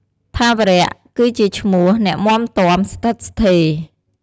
ថាវរៈ គឺជាមនុស្សអ្នកមាំទាំ ស្ថិតស្ថេរ ។